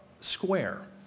square